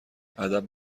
ادب